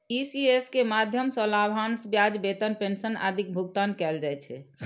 ECS के माध्यम सं लाभांश, ब्याज, वेतन, पेंशन आदिक भुगतान कैल जाइ छै